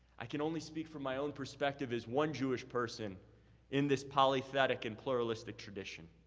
i can only speak from my own perspective as one jewish person in this polythetic and pluralistic tradition.